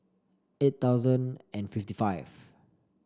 eight thousand and fifty five